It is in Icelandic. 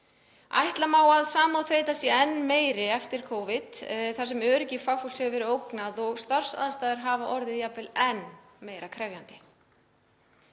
Ætla má að samkenndarþreyta sé enn meiri eftir Covid þar sem öryggi fagfólks hefur verið ógnað og starfsaðstæður hafa orðið jafnvel enn meira krefjandi.